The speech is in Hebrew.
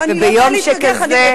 וביום שכזה,